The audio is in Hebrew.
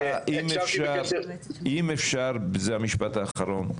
אם אפשר, זה המשפט האחרון.